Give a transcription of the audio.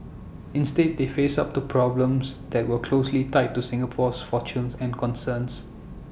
instead they face up to problems that were closely tied to Singapore's fortunes and concerns